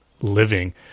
living